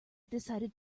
decided